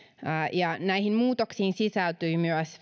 näihin muutoksiin sisältyi myös